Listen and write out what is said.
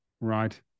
right